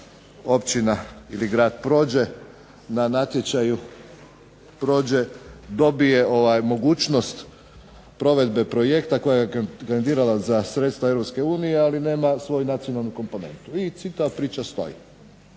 Općina ili grad prođe na natječaju, prođe, dobije mogućnost provedbe projekta kojega je kandidirala za sredstva Europske unije ali nema svoju nacionalnu komponentu. I čitava priča stoji.